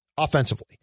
Offensively